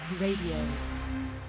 Radio